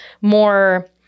more